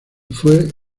fue